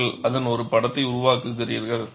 நீங்கள் அதன் ஒரு படத்தை உருவாக்குகிறீர்கள்